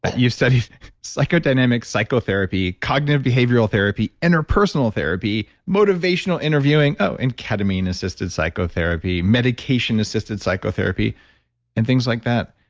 but you studied psychodynamic psychotherapy, cognitive behavioral therapy interpersonal therapy, motivational interviewing, oh, and ketamine assisted psychotherapy medication assisted psychotherapy and things like that.